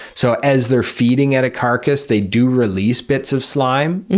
so as they're feeding at a carcass they do release bits of slime.